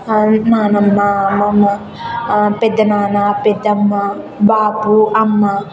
నానమ్మ అమ్మమ్మ పెదనాన్న పెద్దమ్మ బాపు అమ్మ